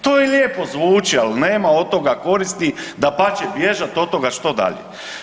To i lijepo zvuči, al nema od toga koristi, dapače bježat od toga što dalje.